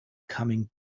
coming